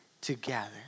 together